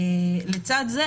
לצד זה,